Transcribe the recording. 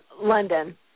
London